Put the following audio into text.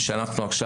זה גם תרומות?